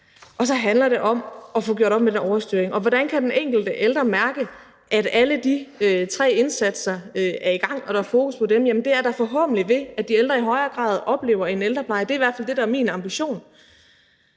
og så handler det om at få gjort op med den overstyring. Og hvordan kan den enkelte ældre mærke, at alle de tre indsatser er i gang, og at der er fokus på dem? Jamen det er da forhåbentlig ved, at de ældre i højere grad oplever en ældrepleje – det er i hvert fald det, der er min ambition